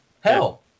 Hell